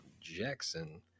Jackson